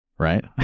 right